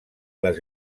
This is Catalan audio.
les